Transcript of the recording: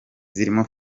zirimo